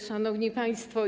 Szanowni Państwo!